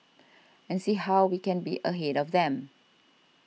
and see how we can be ahead of them